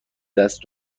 دست